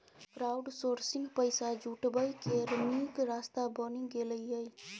crowdsourcing पैसा जुटबै केर नीक रास्ता बनि गेलै यै